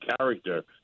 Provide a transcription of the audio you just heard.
character